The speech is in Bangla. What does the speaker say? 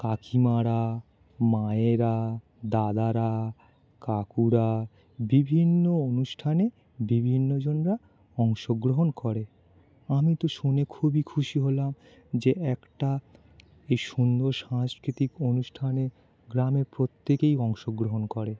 কাকিমারা মায়েরা দাদারা কাকুরা বিভিন্ন অনুষ্ঠানে বিভিন্ন জনরা অংশগ্রহণ করে আমি তো শুনে খুবই খুশি হলাম যে একটা এই সুন্দর সাংস্কৃতিক অনুষ্ঠানে গ্রামে প্রত্যেকেই অংশগ্রহণ করে